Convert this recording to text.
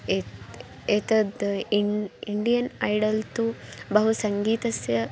एतद् एतद् इण् इण्डियन् ऐडल् तु बहु सङ्गीतस्य